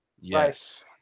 Yes